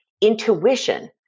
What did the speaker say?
intuition